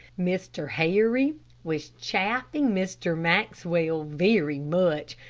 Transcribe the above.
mr. harry was chaffing mr. maxwell very much,